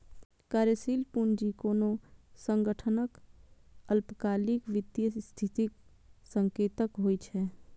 कार्यशील पूंजी कोनो संगठनक अल्पकालिक वित्तीय स्थितिक संकेतक होइ छै